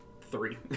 Three